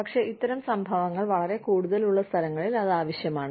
പക്ഷേ ഇത്തരം സംഭവങ്ങൾ വളരെ കൂടുതലുള്ള സ്ഥലങ്ങളിൽ അത് ആവശ്യമാണ്